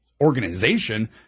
organization